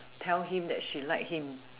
tell him that she like him